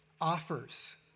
offers